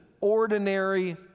ordinary